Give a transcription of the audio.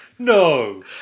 No